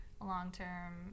long-term